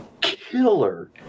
killer